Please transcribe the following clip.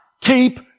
keep